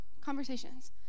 conversations